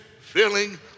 filling